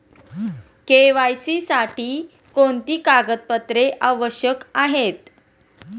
KYC साठी कोणती कागदपत्रे आवश्यक आहेत?